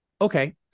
okay